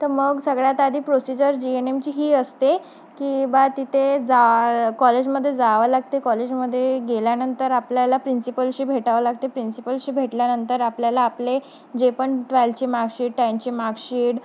तर मग सगळ्यात आधी प्रोसिजर जी एन एमची ही असते की बा तिथे जा कॉलेजमध्ये जावं लागते कॉलेजमध्ये गेल्यानंतर आपल्याला प्रिन्सिपलशी भेटावं लागते प्रिन्सिपलशी भेटल्यानंतर आपल्याला आपले जे पण ट्वेलची माकशीट टेनची माकशीट